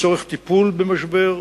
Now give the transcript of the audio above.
לצורך טיפול במשבר,